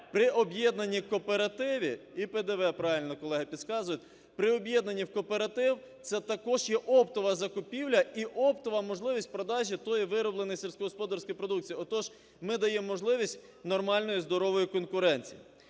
При об'єднанні в кооператив це також є оптова закупівля і оптова можливість продажі тієї виробленої сільськогосподарської продукції. Отож, ми даємо можливість нормальної і здорової конкуренції.